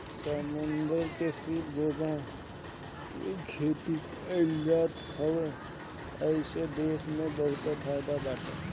समुंदर में सीप, घोंघा के भी खेती कईल जात बावे एसे देश के बहुते फायदा बाटे